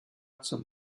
zum